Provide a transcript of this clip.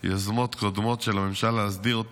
יוזמות קודמות של הממשלה להסדיר אותו